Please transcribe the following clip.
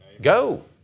Go